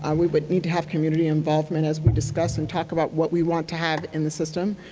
and we would need to have community involvement as we discuss and talk about what we want to have in the system.